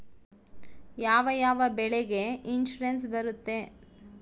ಯಾವ ಯಾವ ಬೆಳೆಗೆ ಇನ್ಸುರೆನ್ಸ್ ಬರುತ್ತೆ?